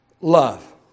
love